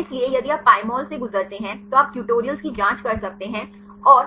इसलिए यदि आप Pymol से गुजरते हैं तो आप ट्यूटोरियल्स की जांच कर सकते हैं और